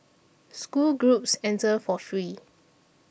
school groups enter for free